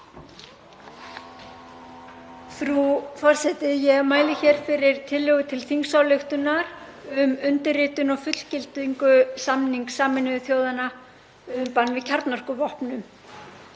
Frú forseti. Ég mæli hér fyrir tillögu til þingsályktunar um undirritun og fullgildingu samnings Sameinuðu þjóðanna um bann við kjarnorkuvopnum.